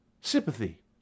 sympathy